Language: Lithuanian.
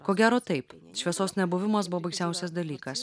ko gero taip šviesos nebuvimas buvo baisiausias dalykas